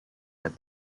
that